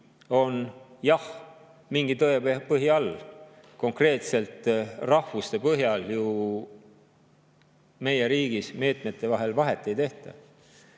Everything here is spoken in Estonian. on, jah, mingi tõepõhi all. Konkreetselt rahvuste põhjal ju meie riigis meetmete puhul vahet ei tehta.